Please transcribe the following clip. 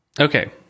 Okay